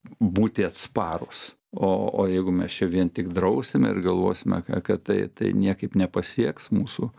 būti atsparūs o o jeigu mes čia vien tik drausime ir galvosime kad tai tai niekaip nepasieks mūsų